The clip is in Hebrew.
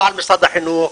לא על משרד החינוך,